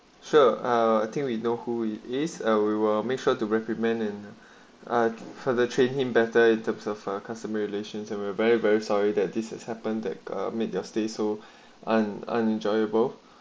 sure I think we know who he is and we will make sure to recommend and art for the train him better in terms of our customer relations and we're very very sorry that this has happened that made their stay so and and enjoyable